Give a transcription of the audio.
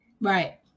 Right